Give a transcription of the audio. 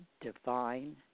divine